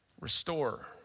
Restore